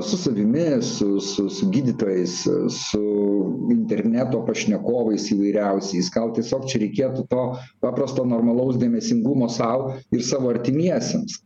su savimi su su su gydytojais su interneto pašnekovais įvairiausiais gal tiesiog čia reikėtų to paprasto normalaus dėmesingumo sau ir savo artimiesiems